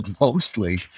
mostly